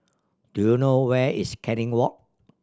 do you know where is Canning Walk